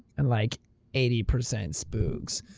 and like eighty percent spooks.